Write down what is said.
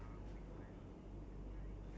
like what moment would you go back to